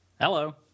Hello